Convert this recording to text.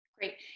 Great